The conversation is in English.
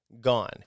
gone